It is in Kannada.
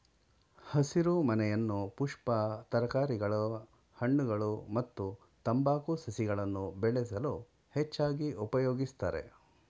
ಹಸಿರುಮನೆಯನ್ನು ಪುಷ್ಪ ತರಕಾರಿಗಳ ಹಣ್ಣುಗಳು ಮತ್ತು ತಂಬಾಕು ಸಸಿಗಳನ್ನು ಬೆಳೆಸಲು ಹೆಚ್ಚಾಗಿ ಉಪಯೋಗಿಸ್ತರೆ